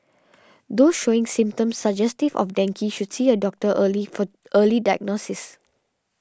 those showing symptoms suggestive of dengue should see a doctor early for early diagnosis